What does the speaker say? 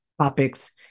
topics